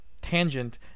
tangent